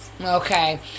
Okay